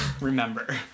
remember